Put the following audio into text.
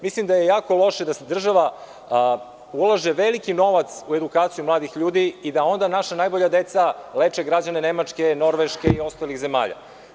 Mislim da je jako loše dadržava ulaže veliki novac u edukaciju mladih ljudi i da onda naša najbolja deca leče građane Nemačke, Norveške i ostalih zemalja.